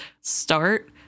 start